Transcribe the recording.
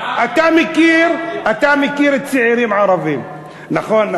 אתה מכיר צעירים ערבים, נכון?